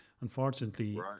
unfortunately